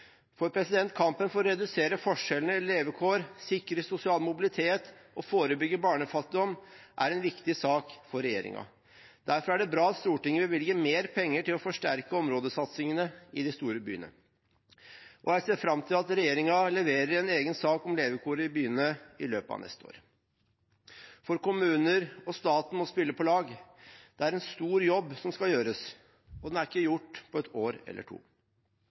Kampen for å redusere forskjellene i levekår, sikre sosial mobilitet og forebygge barnefattigdom er en viktig sak for regjeringen. Derfor er det bra at Stortinget bevilger mer penger til å forsterke områdesatsingene i de store byene. Jeg ser fram til at regjeringen leverer en egen sak om levekår i byene i løpet av neste år, for kommunene og staten må spille på lag. Det er en stor jobb som skal gjøres, og den er ikke gjort på et år eller to.